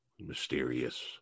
Mysterious